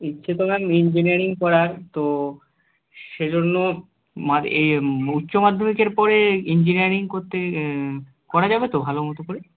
ইচ্ছে তো ma'am engineering পড়ার তো সেজন্য এ উচ্চ মাধ্যমিকের পরে ইঞ্জিনিয়ারিং করতে করা যাবে তো ভালো মতো করে